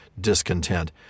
discontent